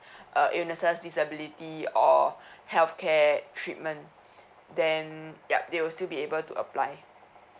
uh illnesses disability or healthcare treatment then ya they will still be able to apply